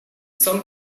some